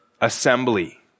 assembly